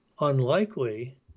unlikely